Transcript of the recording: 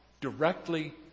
directly